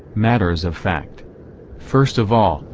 matters of fact first of all,